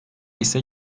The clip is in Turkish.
ise